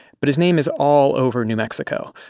but his name is all over new mexico.